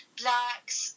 blacks